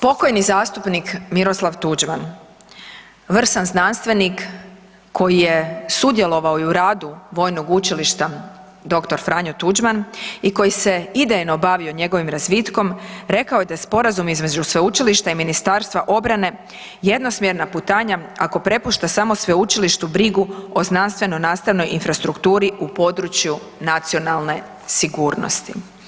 Pokojni zastupnik Miroslav Tuđman, vrstan znanstvenik koji je sudjelovao i u radu Vojnog učilišta „Dr. Franjo Tuđman“ i koji se idejno bavio njegovim razvitkom rekao je da je sporazum između sveučilišta i Ministarstva obrane jednosmjerna putanja ako prepušta samo sveučilištu brigu o znanstveno nastavnoj infrastrukturi u području nacionalne sigurnosti.